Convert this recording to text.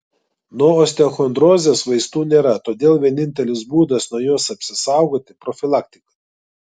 nuo osteochondrozės vaistų nėra todėl vienintelis būdas nuo jos apsisaugoti profilaktika